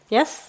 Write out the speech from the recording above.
Yes